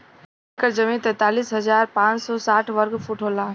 एक एकड़ जमीन तैंतालीस हजार पांच सौ साठ वर्ग फुट होला